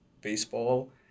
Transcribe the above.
baseball